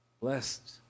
Blessed